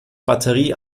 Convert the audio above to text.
batterie